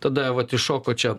tada vat iššoko čia